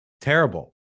terrible